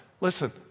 Listen